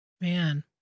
Man